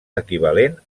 equivalent